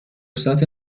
سات